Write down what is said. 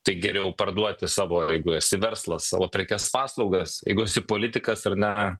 tai geriau parduoti savo jeigu esi verslas savo prekes paslaugas jeigu esi politikas ar ne